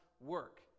work